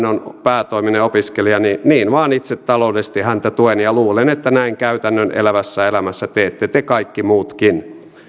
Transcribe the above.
on päätoiminen opiskelija niin niin vaan itse taloudellisesti häntä tuen ja luulen että käytännön elävässä elämässä näin teette te kaikki muutkin